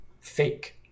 fake